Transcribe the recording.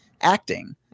acting